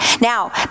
Now